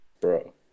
Bro